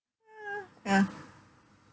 ah ya